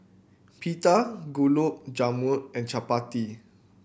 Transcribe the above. Pita Gulab Jamun and Chapati